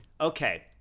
Okay